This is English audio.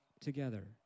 together